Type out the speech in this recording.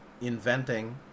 inventing